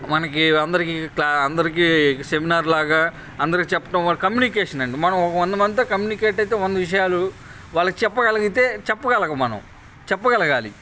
మనకి అందరికీ అందరికీ సెమినార్లాగా అందరికీ చెప్పడం వల్ల కమ్యూనికేషనండి మనం వంద మందితో కమ్యూనికేట్ అయితే వంద విషయాలు వాళ్ళకి చెప్పగలిగితే చెప్పగలం మనం చెప్పగలగాలి